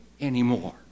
anymore